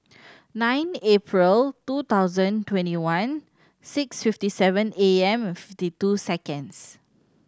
nine April two thousand twenty one six fifty seven A M fifty two seconds